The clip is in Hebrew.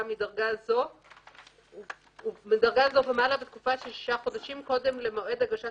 מדרגה זו ומעלה בתקופה של 6 חודשים קודם למועד הגשת